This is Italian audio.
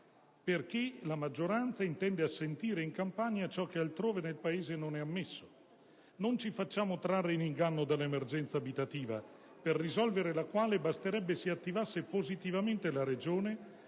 perché la maggioranza intende assentire in Campania ciò che altrove nel Paese non è ammesso. Non ci facciamo trarre in inganno dalla emergenza abitativa, per risolvere la quale basterebbe si attivasse positivamente la Regione,